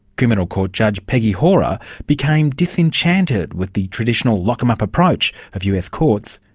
criminal court judge peggy hora became disenchanted with the traditional lock-'em-up approach of us courts,